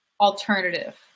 alternative